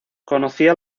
conocía